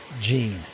gene